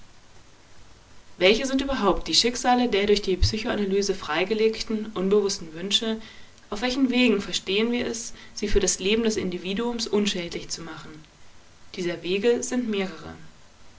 welche sind überhaupt die schicksale der durch die psychoanalyse freigelegten unbewußten wünsche auf welchen wegen verstehen wir es sie für das leben des individuums unschädlich zu machen dieser wege sind mehrere